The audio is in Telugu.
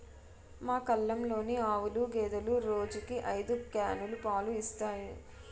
మా కల్లంలోని ఆవులు, గేదెలు రోజుకి ఐదు క్యానులు పాలు ఇస్తాయి